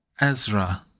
Ezra